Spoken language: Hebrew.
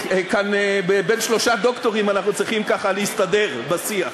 שלושה דוקטורים, אנחנו צריכים להסתדר בשיח.